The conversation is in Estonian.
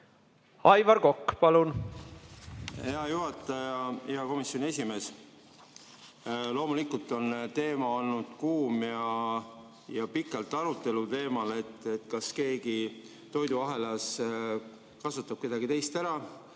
Aivar Kokk, palun! Hea juhataja! Hea komisjoni esimees! Loomulikult on teema olnud kuum ja on pikalt arutelu all olnud, kas keegi toiduahelas kasutab kedagi teist ära,